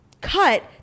cut